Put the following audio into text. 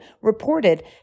reported